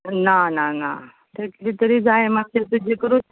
ना ना ना तें किदें तरी जाय मातशें जाचें करून